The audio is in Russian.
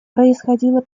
происходило